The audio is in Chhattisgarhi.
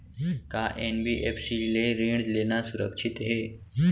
का एन.बी.एफ.सी ले ऋण लेना सुरक्षित हे?